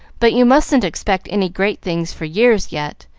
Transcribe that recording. but you mustn't expect any great things for years yet.